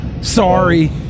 Sorry